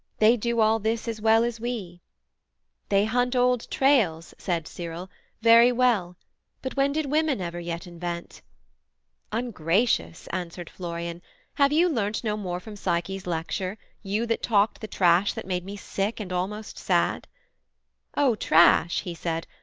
they do all this as well as we they hunt old trails said cyril very well but when did woman ever yet invent ungracious! answered florian have you learnt no more from psyche's lecture, you that talked the trash that made me sick, and almost sad o trash he said,